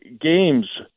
games